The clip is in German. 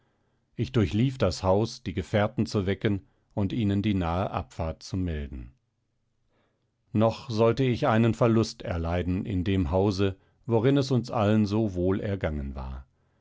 ich durchlief das haus die gefährten zu wecken und ihnen die nahe abfahrt zu melden noch sollte ich einen verlust erleiden in dem hause worin es uns allen so wohl ergangen war